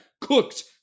cooked